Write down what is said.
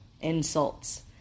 insults